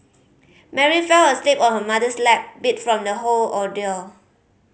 Mary fell asleep on her mother's lap beat from the whole ordeal